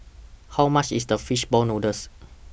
How much IS The Fish Ball Noodles